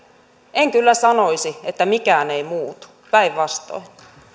en kyllä sanoisi että mikään ei muutu päinvastoin